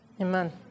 Amen